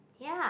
ya